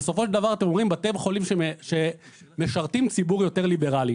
בסופו של דבר אתם אומרים בתי חולים שמשרתים ציבור יותר ליברלי.